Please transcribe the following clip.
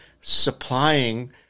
supplying